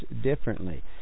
differently